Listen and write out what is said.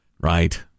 Right